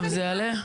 וזה יעלה?